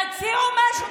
תציעו משהו.